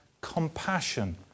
compassion